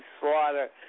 slaughter